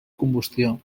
combustió